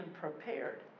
prepared